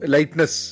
Lightness